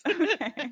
okay